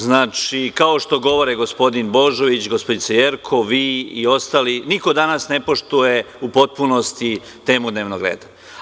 Znači, kao što govore gospodin Božović, Jerkov i ostali, niko danas ne poštuje u potpunosti temu dnevnog reda.